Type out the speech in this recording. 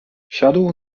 siadł